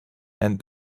and